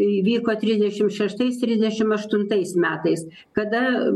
įvyko trisdešim šeštais trisdešim aštuntais metais kada